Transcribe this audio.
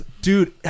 Dude